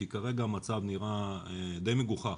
כי כרגע המצב נראה די מגוחך.